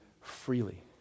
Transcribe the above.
freely